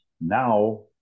now